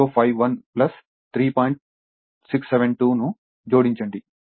672 ను జోడించండి